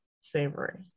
Savory